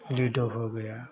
ludo हो गया